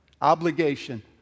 Obligation